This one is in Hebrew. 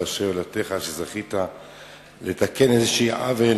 אשריך ואשרי יולדתך שזכית לתקן איזשהו עוול